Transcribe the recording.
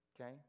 Okay